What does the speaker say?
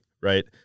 right